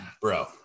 bro